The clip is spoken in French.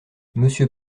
monsieur